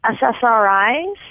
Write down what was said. SSRIs